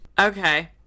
Okay